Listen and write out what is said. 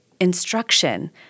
instruction